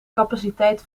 capaciteit